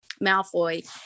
Malfoy